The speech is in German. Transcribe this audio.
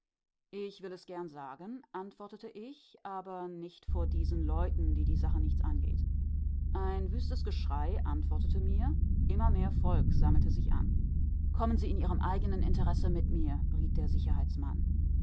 ich will es gern sagen antwortete ich aber nicht vor diesen leuten die die sache nichts angeht ein wüstes geschrei antwortete mir immer mehr volk sammelte sich an kommen sie in ihrem eigenen interesse mit mir riet der